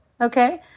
Okay